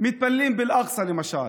מתפללים באל-אקצא, למשל.